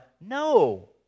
No